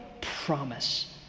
promise